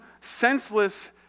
senseless